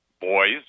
boys